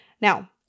Now